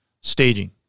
staging